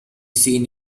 seen